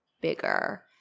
bigger